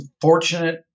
fortunate